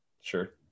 sure